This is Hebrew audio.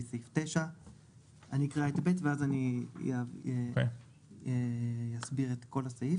סעיף 9. אני אקרא את סעיף ב' ואז אני אסביר כל סעיף